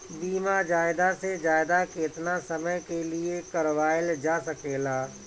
बीमा ज्यादा से ज्यादा केतना समय के लिए करवायल जा सकेला?